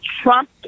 Trump